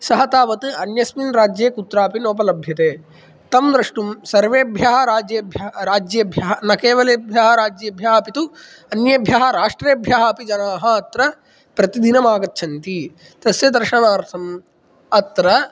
सः तावत् अन्यस्मिन् राज्ये कुत्रापि नोपलभ्यते तं द्रष्टुं सर्वेभ्यः राज्येभ्यः राज्येभ्यः न केवलेभ्यः राज्येभ्यः अपि तु अन्येभ्यः राष्ट्रेभ्यः अपि जनाः अत्र प्रतिदिनमागच्छन्ति तस्य दर्शनार्थम् अत्र